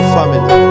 family